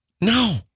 No